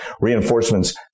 reinforcements